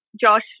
Josh